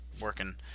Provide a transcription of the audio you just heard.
working